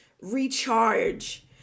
recharge